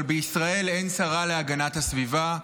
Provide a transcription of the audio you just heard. אבל בישראל אין שרה להגנת הסביבה,